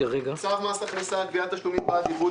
צו מס הכנסה (קביעת תשלומים בעד עיבוד